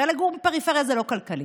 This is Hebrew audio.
הרי לגור בפריפריה זה לא כלכלי.